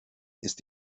ist